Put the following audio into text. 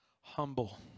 humble